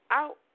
out